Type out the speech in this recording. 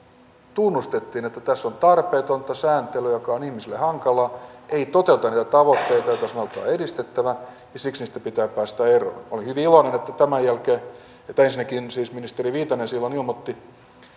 tunnustettiin että tässä on tarpeetonta sääntelyä joka on ihmisille hankalaa ei toteuteta niitä tavoitteita joita sanotaan edistettävän ja siksi siitä pitää päästä eroon olin hyvin iloinen että tämän jälkeen ensinnäkin siis ministeri viitanen silloin ilmoitti